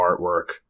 artwork